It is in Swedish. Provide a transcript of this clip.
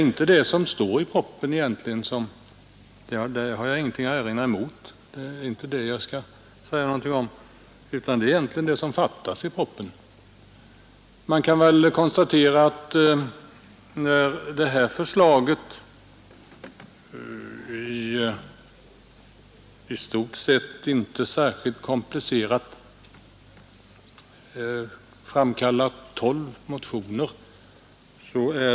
Jag har inget att erinra mot det som står i propositionen, utan det är det som fattas i propositionen som jag skall ta upp. Det här förslaget, som i stort sett inte är särskilt komplicerat, har framkallat tolv motioner.